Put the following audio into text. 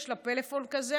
יש לה פלאפון כזה,